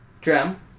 Drem